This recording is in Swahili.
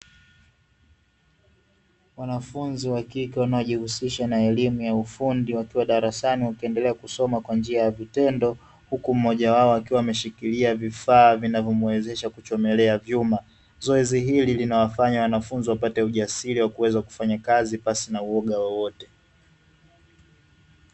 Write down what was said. Wanafunzi wa kike wanajihusisha na elimu ya ufundi wakiwa darasani wakiendelea kusoma kwa njia ya vitendo huku mmoja wao akiwa ameshikilia vifaa vinavyomwezesha kuchomelea vyuma. Zoezi hili linawafanya wanafunzi wapate ujasiri wa kuweza kufanya kazi pasi na uoga wowote.